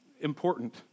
important